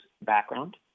background